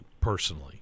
personally